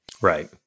right